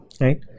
right